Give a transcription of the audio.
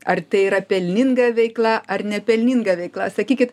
ar tai yra pelninga veikla ar nepelninga veikla sakykit